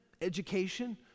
education